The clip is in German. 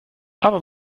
aber